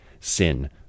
sin